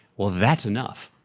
well that's enough,